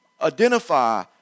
identify